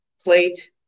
plate